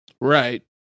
Right